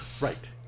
Right